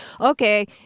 Okay